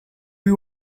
you